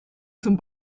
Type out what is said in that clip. zum